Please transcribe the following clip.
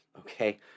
okay